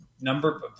Number